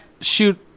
shoot